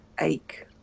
ache